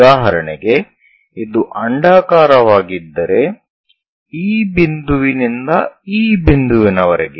ಉದಾಹರಣೆಗೆ ಇದು ಅಂಡಾಕಾರವಾಗಿದ್ದರೆ ಈ ಬಿಂದುವಿನಿಂದ ಈ ಬಿಂದುವಿನ ವರೆಗೆ